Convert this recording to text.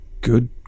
good